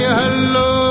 hello